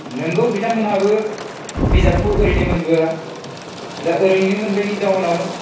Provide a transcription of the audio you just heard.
नोंगौ बिथांमोनहाबो बिजाबखौ ओरैनो मोनबोया दा ओरैनो मोनबोयैनि जाउनाव